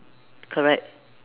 correct